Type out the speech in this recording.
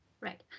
Right